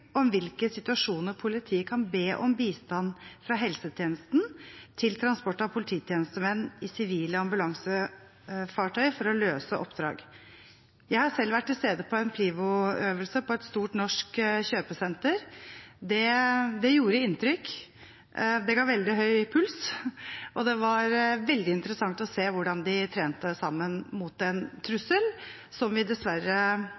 om i hvilke situasjoner politiet kan be om bistand fra helsetjenesten til transport av polititjenestemenn i sivile ambulansefartøy for å løse oppdrag. Jeg har selv vært til stede på en PLIVO-øvelse på et stort norsk kjøpesenter. Det gjorde inntrykk. Det ga veldig høy puls, og det var veldig interessant å se hvordan man trente sammen mot en trussel, som vi dessverre